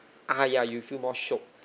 ah ya you feel more shiok